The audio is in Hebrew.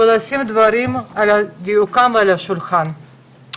ולשים דברים על דיוקם על השולחן.